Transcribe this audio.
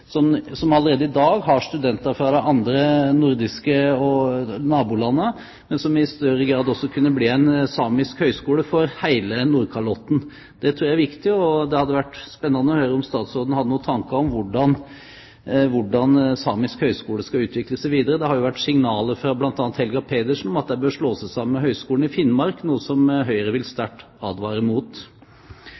høgskole, som allerede i dag har studenter fra de nordiske nabolandene, men som i større grad også kunne bli en samisk høgskole for hele Nordkalotten. Det tror jeg er viktig. Det hadde vært spennende å høre om statsråden har noen tanker om hvordan Samisk høgskole skal utvikle seg videre. Det har jo vært signaler, bl.a. fra Helga Pedersen, om at de bør slå seg sammen med Høgskolen i Finnmark, noe som Høyre vil sterkt advare mot.